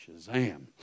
shazam